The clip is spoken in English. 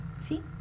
See